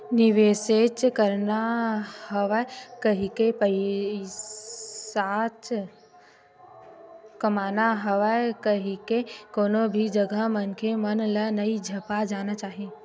निवेसेच करना हवय कहिके, पइसाच कमाना हवय कहिके कोनो भी जघा मनखे मन ल नइ झपा जाना चाही